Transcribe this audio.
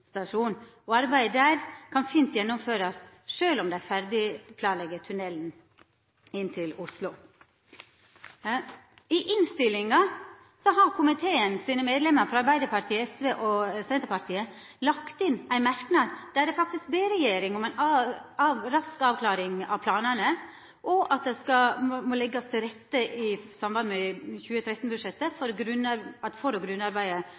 Arbeidet der kan fint gjennomførast sjølv om dei ferdigplanlegg tunnelen inn til Oslo. I innstillinga har komiteens medlemmer frå Arbeidarpartiet, SV og Senterpartiet lagt inn ein merknad der ein faktisk ber regjeringa om ei rask avklaring av planane, og at ein i samband med 2013-budsjettet må leggja til rette for at for- og grunnarbeidet kan gjerast, sånn at